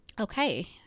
Okay